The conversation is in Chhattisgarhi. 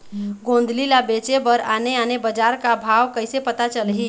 गोंदली ला बेचे बर आने आने बजार का भाव कइसे पता चलही?